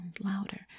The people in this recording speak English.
louder